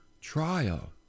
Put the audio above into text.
trial